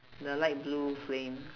the light blue flame